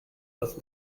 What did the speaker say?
but